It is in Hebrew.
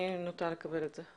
אני נוטה לקבל את זה.